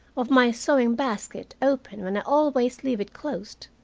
of my sewing-basket open when i always leave it closed,